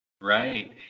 Right